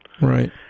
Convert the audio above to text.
Right